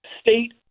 state